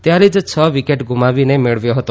ત્યારે જ છ વિકેટ ગ્રુમાવીને મેળવ્યો હતો